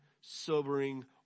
sobering